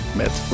met